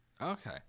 okay